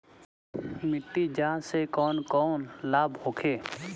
मिट्टी जाँच से कौन कौनलाभ होखे?